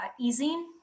easing